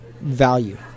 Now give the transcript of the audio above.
value